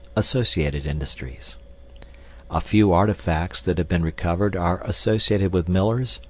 associated industries a few artifacts that have been recovered are associated with millers,